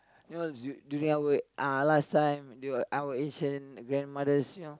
you know du~ during our uh last time during our Asian grandmothers you know